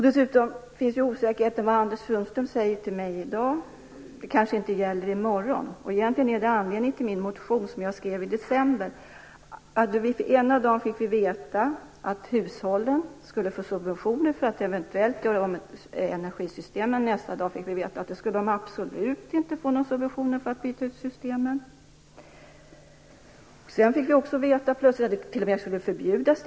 Dessutom finns ju osäkerheten att vad Anders Sundström säger till mig i dag kanske inte gäller i morgon. Egentligen är det anledningen till min interpellation som jag skrev i december. Ena dagen fick vi veta att hushållen skulle få subventioner för att eventuellt göra om energisystemen. Nästa dag fick vi veta att de absolut inte skulle få några subventioner för att byta ut systemen. Sedan fick vi plötsligt veta att direktverkande el skulle förbjudas.